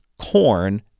corn